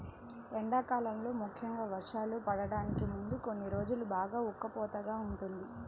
ఎండాకాలంలో ముఖ్యంగా వర్షాలు పడటానికి ముందు కొన్ని రోజులు బాగా ఉక్కపోతగా ఉంటుంది